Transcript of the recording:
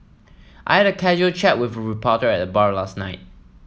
I had a casual chat with a reporter at the bar last night